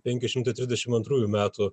penki šimtai trisdešim antrųjų metų